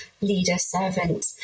leader-servant